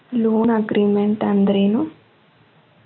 Loan agreement ಅಂದ್ರೇನು?